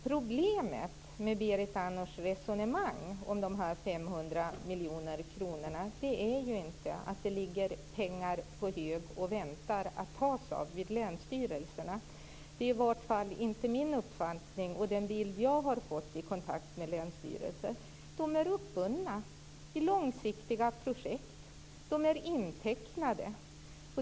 Problemet med Berit Andnors resonemang om dessa miljoner är ju att det inte ligger pengar på hög hos länsstyrelserna och väntar på att användas. Det är i varje fall inte min uppfattning eller den bild jag har fått vid kontakt med länsstyrelser. De är uppbundna i långsiktiga projekt. De är intecknade.